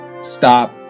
stop